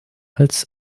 als